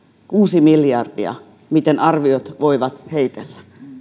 kuusi miljardia miten arviot voivat heitellä